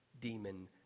demon